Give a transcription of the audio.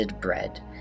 bread